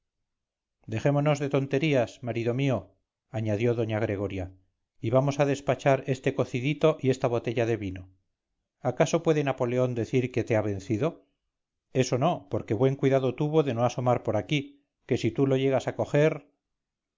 dejémonos de tonterías marido mío añadió doña gregoria y vamos a despachar este cocidito y esta botella de vino acaso puede napoleón decir que te ha vencido eso no porque buen cuidado tuvo de no asomar por aquí que si tú lo llegas a coger